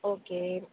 okay